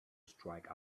strike